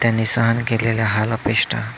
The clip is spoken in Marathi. त्यांनी सहन केलेल्या हाल अपेष्टा